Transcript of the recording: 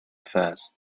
affairs